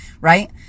Right